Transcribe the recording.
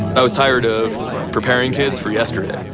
i was tired of preparing kids for yesterday.